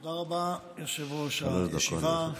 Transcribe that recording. תודה רבה, יושב-ראש הישיבה.